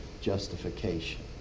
justification